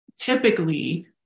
typically